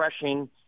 refreshing